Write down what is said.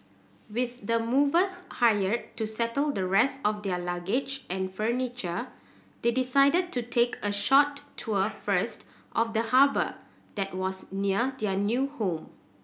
with the movers hired to settle the rest of their luggage and furniture they decided to take a short tour first of the harbour that was near their new home